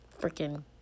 freaking